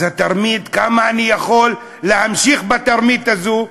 אז התרמית, כמה אני יכול להמשיך בתרמית הזאת?